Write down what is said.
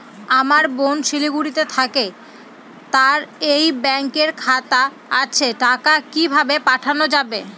আমার বোন শিলিগুড়িতে থাকে তার এই ব্যঙকের খাতা আছে টাকা কি ভাবে পাঠানো যাবে?